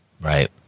right